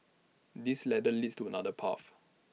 this ladder leads to another path